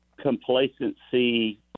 complacency